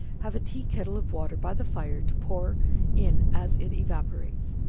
have a tea-kettle of water by the fire to pour in as it evaporates.